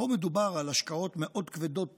פה מדובר על השקעות מאוד כבדות טכנולוגית,